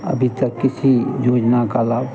अभी तक किसी योजना का लाभ